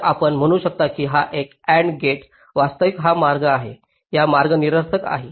तर आपण म्हणू शकता की हा AND गेट्स वास्तविक हा मार्ग आहे हा मार्ग निरर्थक आहे